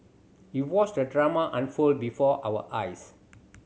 we watched the drama unfold before our eyes